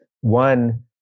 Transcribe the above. One